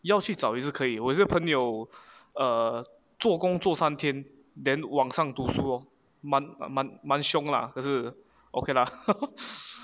要去找也是可以我有一些朋友 err 做工做三天 then 晚上读书 lor 瞒瞒瞒凶 lah 可是 okay lah